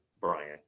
Brian